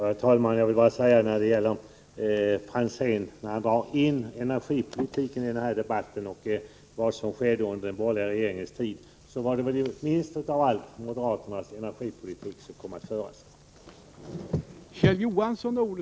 Herr talman! Tommy Franzén drar in energipolitiken i denna debatt och talar om vad som skedde under den borgerliga regeringstiden. Det var väl minst av allt moderat politik som fördes då.